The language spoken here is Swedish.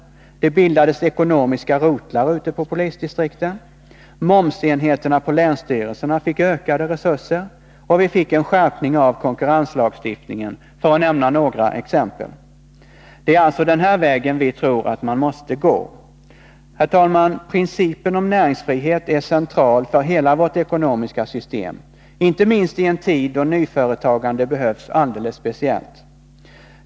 Det bildades ekonomiska rotlar ute på polisdistrikten. Momsenheterna på länsstyrelserna fick ökade resurser, och vi fick en skärpning av konkurrenslagstiftningen, för att nämna några exempel. Det är alltså den här vägen vi tror att man måste gå. Herr talman! Principen om näringsfrihet är central för hela vårt ekonomiska system, inte minst i en tid då nyföretagande behövs alldeles särskilt.